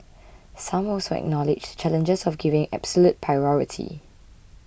some also acknowledged the challenges of giving absolute priority